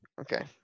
Okay